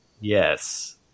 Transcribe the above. yes